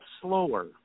slower